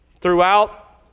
Throughout